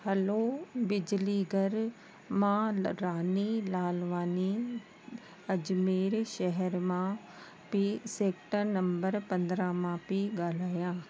हलो बिजली घर मां रानी लालवानी अजमेर शहर मां पी सैक्टर नंबर पंद्रहं मां पई ॻाल्हायां